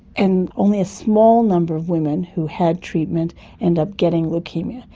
and only a small number of women who had treatment ended up getting leukaemia.